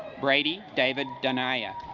brady david danaiah